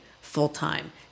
full-time